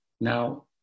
now